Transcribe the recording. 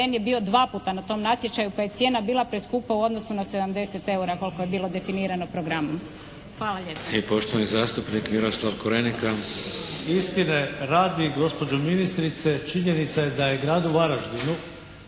je bio dva puta na tom natječaju pa je cijena bila preskupa u odnosu na 70 eura koliko je bilo definirano programom.